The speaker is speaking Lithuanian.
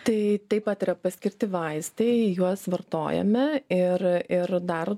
tai taip pat yra paskirti vaistai juos vartojame ir ir dar